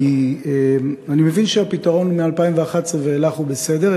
כי אני מבין שהפתרון מ-2011 ואילך הוא בסדר.